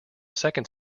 second